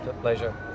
Pleasure